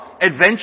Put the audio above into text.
Adventure